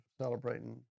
celebrating